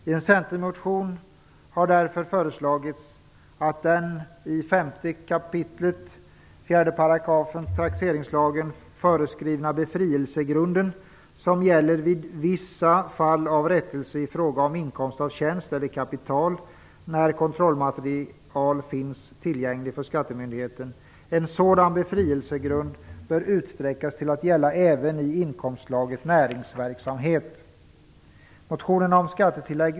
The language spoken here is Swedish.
I en Centermotion har därför föreslagits att den i 5 kap. 4 § taxeringslagen föreskrivna befrielsegrunden som gäller vid vissa fall av rättelser i fråga om inkomst av tjänst eller kapital när kontrollmaterial finns tillgängligt för skattemyndigheten bör utsträckas till att gälla även i inkomstslaget näringsverksamhet.